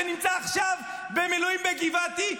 שנמצא עכשיו במילואים בגבעתי,